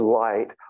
light